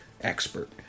expert